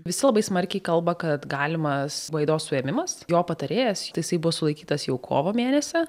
visi labai smarkiai kalba kad galimas gvaido suėmimas jo patarėjas tai jisai buvo sulaikytas jau kovo mėnesį